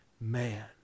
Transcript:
man